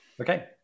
Okay